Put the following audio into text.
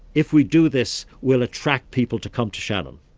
if we do this, we'll attract people to come to shannon.